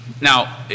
Now